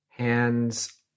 Hands